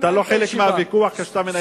אתה לא חלק מהוויכוח כשאתה מנהל את הישיבה.